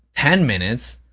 ten minutes,